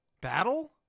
Battle